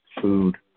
food